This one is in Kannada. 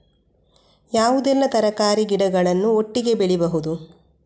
ಯಾವುದೆಲ್ಲ ತರಕಾರಿ ಗಿಡಗಳನ್ನು ಒಟ್ಟಿಗೆ ಬೆಳಿಬಹುದು?